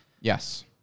Yes